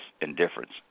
indifference